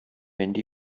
mynd